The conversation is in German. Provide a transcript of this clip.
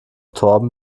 torben